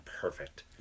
perfect